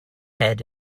head